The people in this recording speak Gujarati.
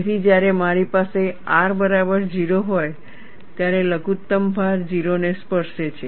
તેથી જ્યારે મારી પાસે R બરાબર 0 હોય ત્યારે લઘુત્તમ ભાર 0 ને સ્પર્શે છે